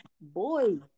Boy